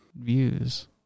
views